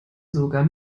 sogar